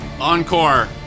Encore